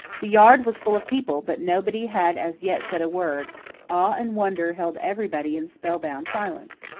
the yard was full of people, but nobody had as yet said a word awe and wonder held everybody in spellbound silence.